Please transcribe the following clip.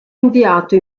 inviato